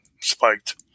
spiked